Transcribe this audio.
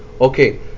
Okay